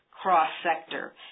cross-sector